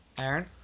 Aaron